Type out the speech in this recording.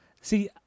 See